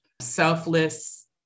selfless